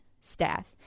staff